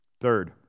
Third